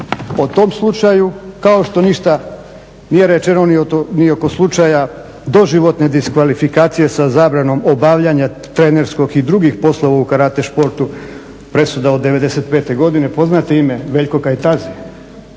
o tom slučaju kao što ništa nije rečeno ni oko slučaja doživotne diskvalifikacije sa zabranom obavljanja trenerskog i drugih poslova u karate športu presuda od '95. godine poznate ime Veljko Kajtazi?